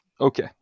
Okay